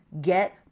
Get